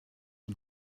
een